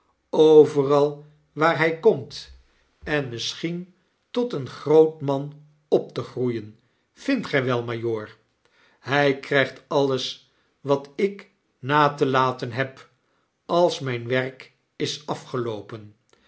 overal waar hy komt en misschien tot een groot man op te groeien vindt gij wel majoor hy krygt alles wat ik natelaten heb als myn werk is afgeloopen